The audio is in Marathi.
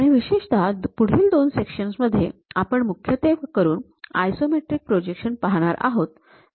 आणि विशेषतः पुढील दोन सेक्शन्स मध्ये आपण मुख्यत्वेकरून आयसोमेट्रिक प्रोजेक्शन पाहणार आहोत